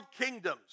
kingdoms